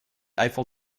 eiffel